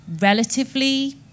relatively